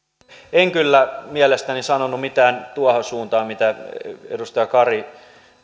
en kyllä mielestäni sanonut mitään tuohon suuntaan mitä edustaja kari